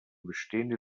bestehende